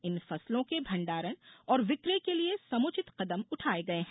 इन फसलों के भण्डारण और विक्रय के लिए समुचित कदम उठाये गये हैं